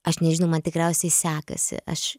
aš nežinau man tikriausiai sekasi aš